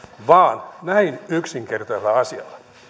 vaan näin yksinkertaisella asialla